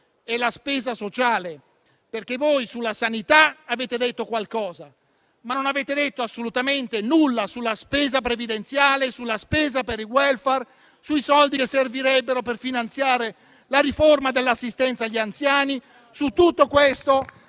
la spesa sociale, perché voi sulla sanità avete detto qualcosa, ma non avete detto assolutamente nulla sulla spesa previdenziale, sulla spesa per il *welfare*, sui soldi che servirebbero per finanziare la riforma dell'assistenza agli anziani. Su tutto questo